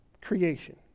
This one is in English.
creation